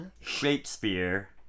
Shakespeare